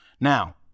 Now